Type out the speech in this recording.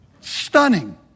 Stunning